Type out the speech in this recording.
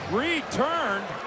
returned